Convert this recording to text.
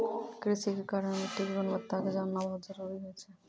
कृषि के कार्य मॅ मिट्टी के गुणवत्ता क जानना बहुत जरूरी होय छै